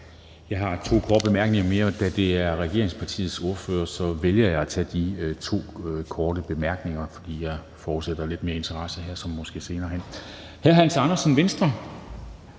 og da det er bemærkninger til regeringspartiets ordfører, vælger jeg at tage de korte bemærkninger med, fordi jeg forudsætter, at der er lidt mere interesse her end måske senere. Så er det hr. Hans Andersen, Venstre.